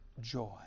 Joy